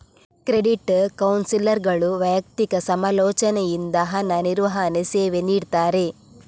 credit ಕೌನ್ಸಿಲರ್ಗಳು ವೈಯಕ್ತಿಕ ಸಮಾಲೋಚನೆಯಿಂದ ಹಣ ನಿರ್ವಹಣೆ ಸೇವೆ ನೀಡ್ತಾರೆ